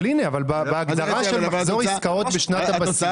אבל בהגדרה "מחזור עסקאות בשנת הבסיס"